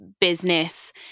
business